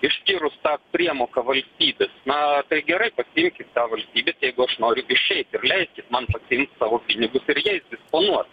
išskyrus tą priemoką valstybės na tai gerai pasiimkit tą valstybės jeigu aš noriu išeiti ir leiskit man pasiimt savo pinigus ir jais disponuot